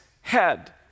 head